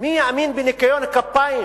מי יאמין בניקיון כפיים